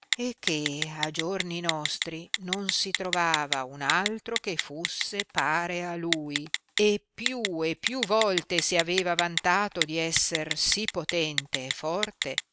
e che a giorni nostri non si trovava un altro che fusse pare a lui e più e più volte si aveva vantato di esser sì potente e forte